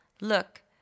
Look